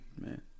man